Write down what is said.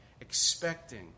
expecting